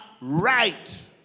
right